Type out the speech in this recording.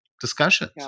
discussions